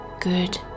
good